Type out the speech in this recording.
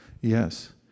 Yes